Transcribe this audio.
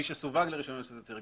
מי שסווג לרישיון על יסוד תצהיר,